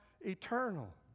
eternal